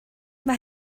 mae